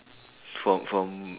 from from